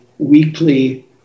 weekly